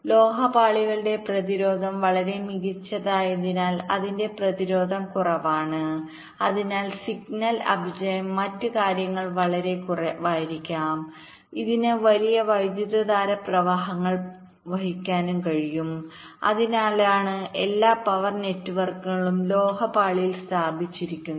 ലോഹ പാളിയുടെ പ്രതിരോധം വളരെ മികച്ചതായതിനാൽ അതിന്റെ പ്രതിരോധം കുറവാണ് അതിനാൽ സിഗ്നൽ അപചയം മറ്റ് കാര്യങ്ങൾ വളരെ കുറവായിരിക്കും ഇതിന് വലിയ വൈദ്യുത പ്രവാഹങ്ങൾ വഹിക്കാനും കഴിയും അതിനാലാണ് എല്ലാ പവർ നെറ്റ്വർക്കുകളും ലോഹ പാളിയിൽ സ്ഥാപിച്ചിരിക്കുന്നത്